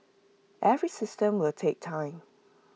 every system will take time